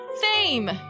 fame